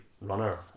runner